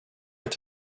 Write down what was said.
inte